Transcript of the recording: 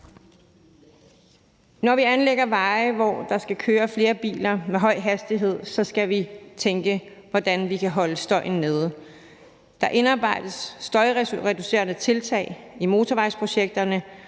Når vi anlægger veje, hvor der skal køre flere biler med høj hastighed, skal vi tænke på, hvordan vi kan holde støjen nede. Der indarbejdes støjreducerende tiltag i motorvejsprojekterne.